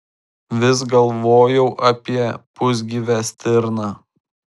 vis galvojau apie pusgyvę stirną